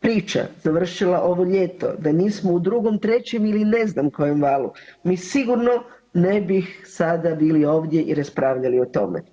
priča završila ovo ljeto, da nismo u drugom, trećem ili ne znam kojem valu mi sigurno ne bi sada bili ovdje i raspravljali o tome.